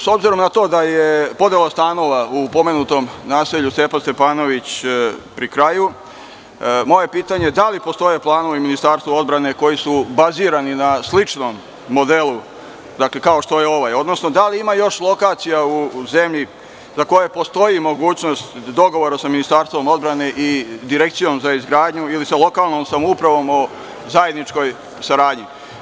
S obzirom na to da je podela stanova u pomenutom naselju Stepa Stepanović pri kraju, moje pitanje je da li postoje planovi u Ministarstvu odbrane koji su bazirani na sličnom modelu kao što je ovaj, odnosno da li ima još lokacija u zemlji za koje postoji mogućnost dogovora sa Ministarstvom odbrane i Direkcijom za izgradnju ili sa lokalnom samoupravom o zajedničkoj saradnji?